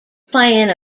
plan